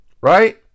Right